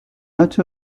not